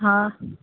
हा